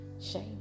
Shame